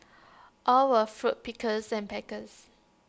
all were fruit pickers and packers